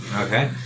Okay